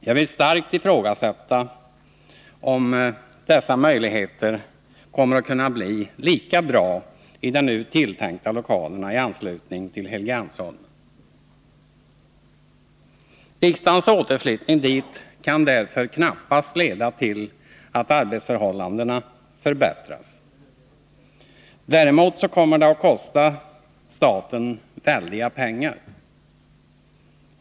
Jag vill starkt ifrågasätta om arbetsmöjligheterna kommer att kunna bli lika bra i de nu tilltänkta lokalerna i anslutning till Helgeandsholmen. Riksdagens återflyttning dit kan knappast leda till att arbetsförhållandena förbättras. Däremot kommer det att kosta staten väldigt mycket pengar.